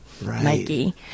Mikey